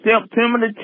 September